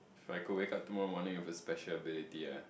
if I could wake up tomorrow morning with a special ability ah